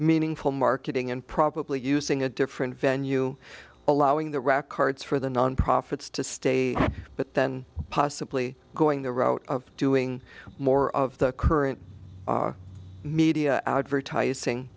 meaningful marketing and probably using a different venue allowing the records for the non profits to stay but then possibly going the route of doing more of the current media advertising